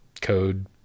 code